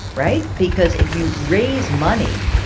right? because if you raise money,